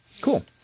Cool